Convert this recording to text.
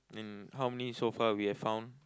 mm how many so far we have found